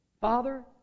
Father